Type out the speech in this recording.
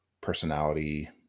personality